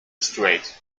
straight